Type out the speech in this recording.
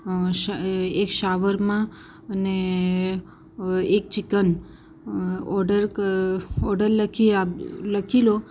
શ એ એક શાવરમા અને એક ચિકન ઓડર ક ઓડર લખી આ લખી લો